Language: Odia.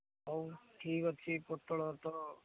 ହଉ ଠିକ୍ ଅଛି ପୋଟଳ ତ